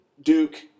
Duke